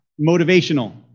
motivational